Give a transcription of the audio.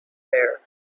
there